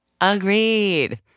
Agreed